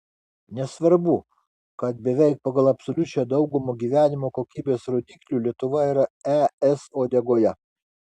nesvarbu kad beveik pagal absoliučią daugumą gyvenimo kokybės rodiklių lietuva yra es uodegoje